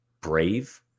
brave